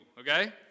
Okay